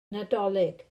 nadolig